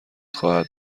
خواهد